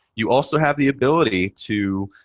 you also have the ability to